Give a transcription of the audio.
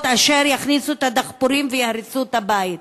אשר יכניסו את הדחפורים ויהרסו את הבית,